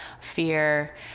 fear